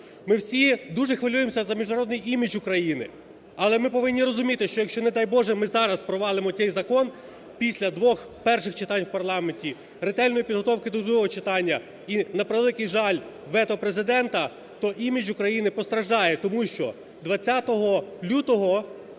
Ми всі дуже хвилюємося за міжнародний імідж України. Але ми повинні розуміти, що, якщо, не дай Боже, ми зараз провалимо цей закон після двох перших читань в парламенті, ретельної підготовки до другого читання і, на превеликий жаль, вето Президента, то імідж України постраждає. Тому що 20 лютого